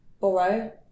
Borrow